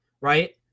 Right